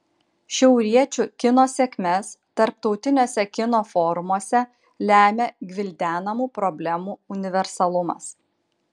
šiauriečių kino sėkmes tarptautiniuose kino forumuose lemia gvildenamų problemų universalumas